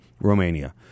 Romania